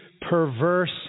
perverse